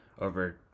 over